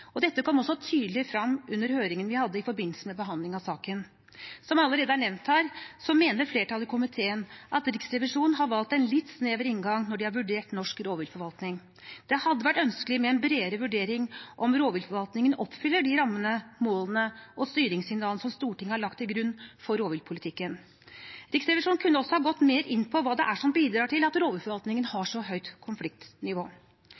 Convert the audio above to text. Dette kom også tydelig frem under høringen vi hadde i forbindelse med behandlingen av saken. Som det allerede er nevnt her, mener flertallet i komiteen at Riksrevisjonen har valgt en litt snever inngang når de har vurdert norsk rovviltforvaltning. Det hadde vært ønskelig med en bredere vurdering av om rovviltforvaltningen oppfyller de rammene, målene og styringssignalene som Stortinget har lagt til grunn for rovviltpolitikken. Riksrevisjonen kunne også ha gått mer inn på hva som bidrar til at